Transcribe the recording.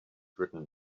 written